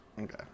Okay